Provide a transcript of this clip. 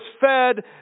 fed